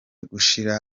gushira